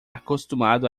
acostumado